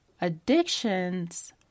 addictions